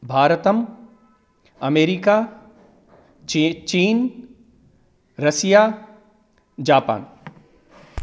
भारतम् अमेरिका चि चीन् रसिया जापान्